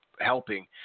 helping